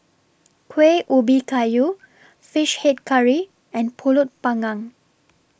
Kuih Ubi Kayu Fish Head Curry and Pulut Panggang